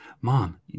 mom